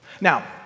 Now